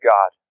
God